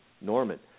Norman